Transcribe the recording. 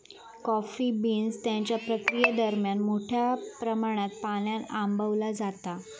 coffee beans त्यांच्या प्रक्रियेदरम्यान मोठ्या प्रमाणात पाण्यान आंबवला जाता